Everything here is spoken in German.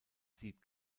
sieb